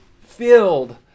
filled